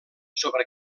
sobre